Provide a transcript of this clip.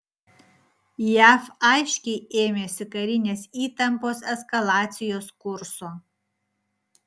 jav aiškiai ėmėsi karinės įtampos eskalacijos kurso